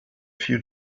few